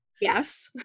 Yes